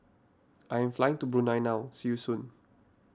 I am flying to Brunei now see you soon